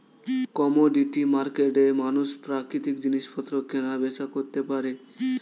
commodity মার্কেটে মানুষ প্রাকৃতিক জিনিসপত্র কেনা বেচা করতে পারে